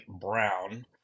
brown